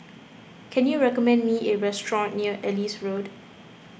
can you recommend me a restaurant near Ellis Road